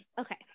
Okay